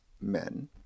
men